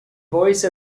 voice